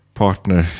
partner